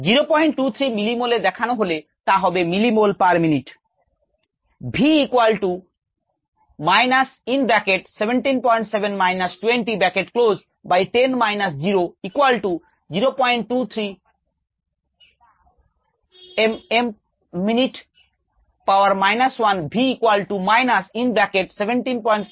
023 মিলিমোলে দেখানো হলে তা হবে মিলিমোল পার মিনিট